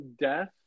Death